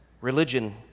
religion